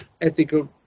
ethical